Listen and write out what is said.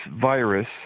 virus